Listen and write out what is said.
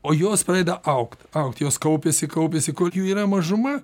o jos pradeda augt augt jos kaupiasi kaupiasi kol jų yra mažuma